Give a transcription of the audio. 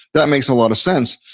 that makes a lot of sense.